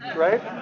right?